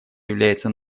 является